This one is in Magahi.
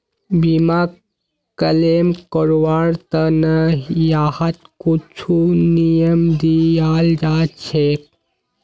बीमाक क्लेम करवार त न यहात कुछु नियम दियाल जा छेक